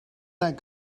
that